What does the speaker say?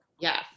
Yes